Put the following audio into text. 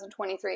2023